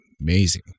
amazing